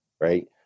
right